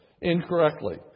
incorrectly